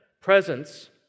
Presence